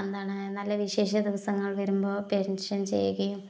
എന്താണ് നല്ല വിശേഷ ദിവസങ്ങള് വരുമ്പോൾ പെന്ഷന് ചെയ്യുകയും